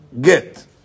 get